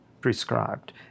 prescribed